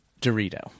Dorito